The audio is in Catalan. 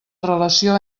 relació